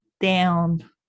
down